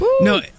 No